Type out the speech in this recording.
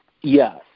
Yes